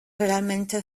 realmente